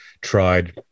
tried